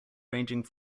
ranging